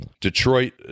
Detroit